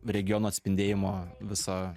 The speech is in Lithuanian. regiono atspindėjimo visą